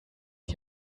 die